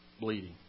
bleeding